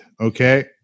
okay